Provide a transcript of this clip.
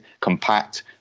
compact